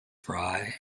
frye